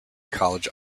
college